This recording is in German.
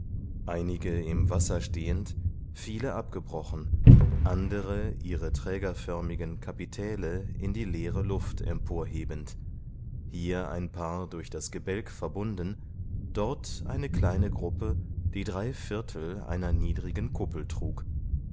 einige im wasser stehend viele abgebrochen andere ihre trägerförmigen kapitäle in die leere luft emporhebend hier ein paar durch das gebälk verbunden dort eine kleine gruppe die drei viertel einer niedrigen kuppel trug